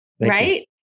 Right